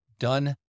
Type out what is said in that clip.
done